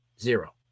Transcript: Zero